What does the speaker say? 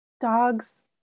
dogs